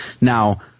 Now